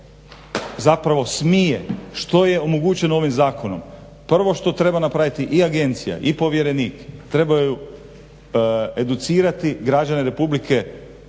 zapravo smije, što je omogućeno ovim zakonom. Prvo što treba napraviti i agencija i povjerenik trebaju educirati građane RH